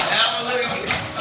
Hallelujah